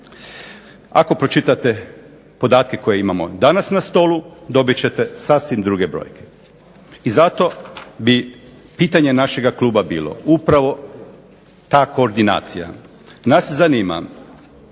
Ako pročitate podatke koje imamo danas na stolu dobit ćete sasvim druge brojke. I zato bi pitanje našega kluba bilo upravo ta koordinacija. Nas zanima